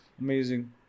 Amazing